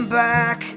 back